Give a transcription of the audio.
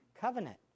Covenant